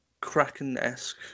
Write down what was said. kraken-esque